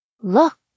look